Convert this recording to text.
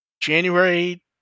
January